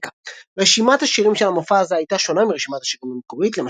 רקע רשימת השירים של המופע הזה הייתה שונה מרשימת השירים המקורית,